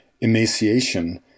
emaciation